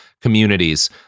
communities